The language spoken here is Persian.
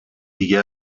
دیگه